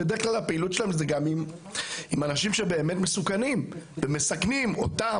בדרך כלל הפעילות שלהם היא עם אנשים שהם באמת מסוכנים ומסכנים אותם,